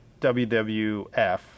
WWF